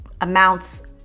amounts